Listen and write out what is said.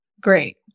Great